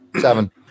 Seven